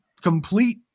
complete